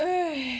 !hais!